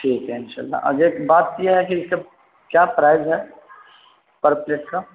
ٹھیک ہے انشاء اللہ ا بات کیا ہے کہ اس کا کیا پرائس ہے پر پلیٹ کا